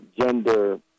gender